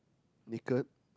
naked